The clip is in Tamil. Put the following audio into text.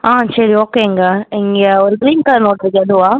ஆ சரி ஓகேங்க இங்கே ஒரு கிரீன் கலர் நோட் இருக்கே அதுவா